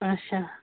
اَچھا